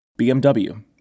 BMW